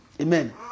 Amen